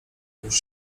już